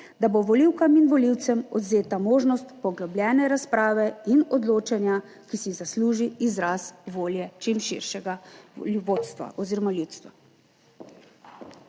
da bo volivkam in volivcem odvzeta možnost poglobljene razprave in odločanja, ki si zasluži izraz volje čim širšega vodstva oziroma ljudstva.